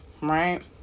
right